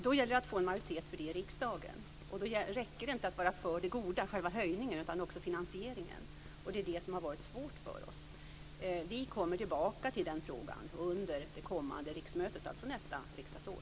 Då gäller det att få en majoritet för det i riksdagen, och då räcker det inte att vara för det goda, själva höjningen, utan det handlar även om finansieringen. Det är detta som har varit svårt för oss. Vi kommer tillbaka till den frågan under det kommande riksmötet, alltså nästa riksdagsår.